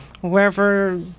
Wherever